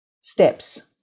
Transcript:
steps